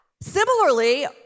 Similarly